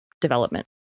development